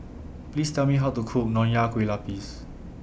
Please Tell Me How to Cook Nonya Kueh Lapis